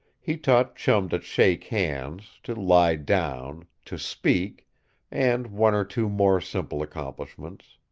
he taught chum to shake hands, to lie down, to speak and one or two more simple accomplishments.